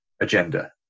agenda